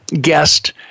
guest